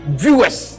viewers